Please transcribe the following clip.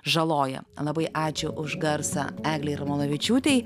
žaloja labai ačiū už garsą eglei armanavičiūtei